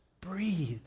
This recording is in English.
breathe